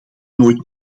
nooit